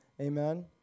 Amen